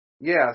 Yes